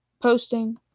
posting